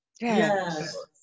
Yes